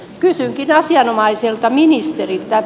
kysynkin asianomaiselta ministeriltä